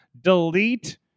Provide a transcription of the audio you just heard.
delete